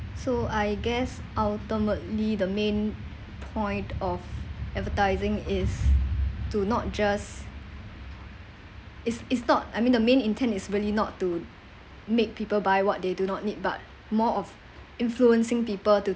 so I guess ultimately the main point of advertising is to not just is is not I mean the main intent is really not to make people buy what they do not need but more of influencing people to